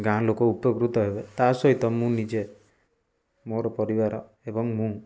ଗାଁ ଲୋକ ଉପକୃତ ହେବେ ତା ସହିତ ମୁଁ ନିଜେ ମୋର ପରିବାର ଏବଂ ମୁଁ